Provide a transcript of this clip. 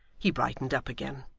he brightened up again.